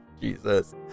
jesus